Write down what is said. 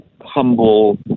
humble